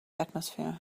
atmosphere